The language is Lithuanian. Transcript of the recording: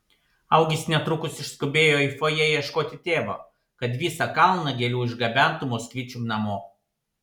augis netrukus išskubėjo į fojė ieškoti tėvo kad visą kalną gėlių išgabentų moskvičium namo